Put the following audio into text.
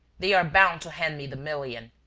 they are bound to hand me the million.